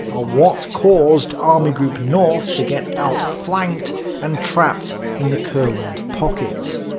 ah what caused army group north to get outflanked and trapped in the courland pocket.